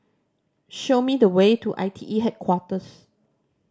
show me the way to I T E Headquarters